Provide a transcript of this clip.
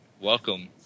Welcome